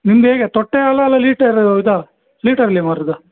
ನಿಮ್ದು ಹೇಗೆ ತೊಟ್ಟಿ ಹಾಲಾ ಅಲ್ಲ ಲೀಟರ್ ಇದಾ ಲೀಟರಲ್ಲಿ ಮಾರೋದಾ